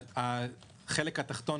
החלק התחתון,